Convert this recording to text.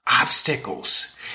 obstacles